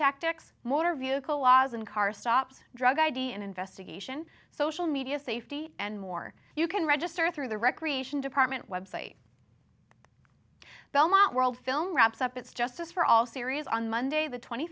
tactics motor vehicle laws and car stops drug id and investigation social media safety and more you can register through the recreation department website belmont world film wraps up its justice for all series on monday the twenty